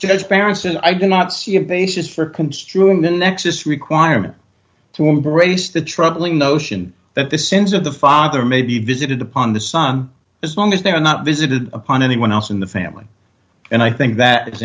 judge paris and i do not see a basis for construing the nexus requirement to embrace the troubling notion that the sins of the father may be visited upon the son as long as they are not visited upon anyone else in the family and i think that i